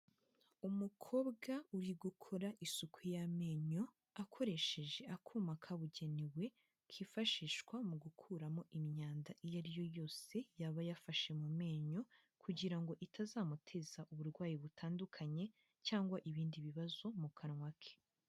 Umukobwa uri gukora isuku y'amenyo akoresheje akuma kabugenewe kifashishwa mu gukuramo imyanda iyo ari yo yose yaba yafashe mu menyo kugira ngo itazamuteza uburwayi butandukanye cyangwa ibindi bibazo mu kanwa ke.